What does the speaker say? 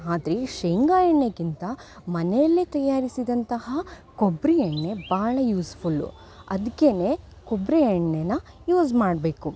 ಆದರೆ ಶೇಂಗಾ ಎಣ್ಣೆಗಿಂತ ಮನೆಯಲ್ಲೇ ತಯಾರಿಸಿದಂತಹ ಕೊಬ್ಬರಿ ಎಣ್ಣೆ ಭಾಳ ಯೂಸ್ಫುಲ್ಲು ಅದ್ಕೆ ಕೊಬ್ಬರಿ ಎಣ್ಣೆನ ಯೂಸ್ ಮಾಡಬೇಕು